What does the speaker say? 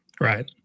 Right